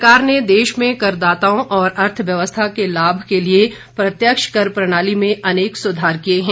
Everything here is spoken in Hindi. सरकार ने देश के करदाताओं और अर्थव्यवस्था के लाभ के लिए प्रत्यक्ष कर प्रणाली में अनेक सुधार किए हैं